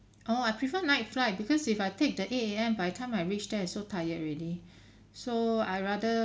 oh I prefer night flight because if I take the eight A_M by the time I reach there is so tired already so I rather